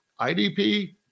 idp